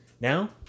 Now